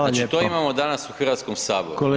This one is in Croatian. Znači to imamo danas u Hrvatskom saboru…